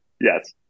Yes